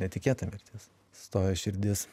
netikėta mirtis sustojo širdis